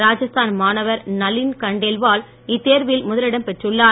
ராஜஸ்தான் மாணவர் நளின் கண்டேல்வால் இத்தேர்வில் முதலிடம் பெற்றுள்ளார்